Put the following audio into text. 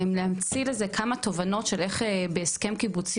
להמציא לזה כמה תובנות של איך בהסכם קיבוצי